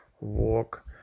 walk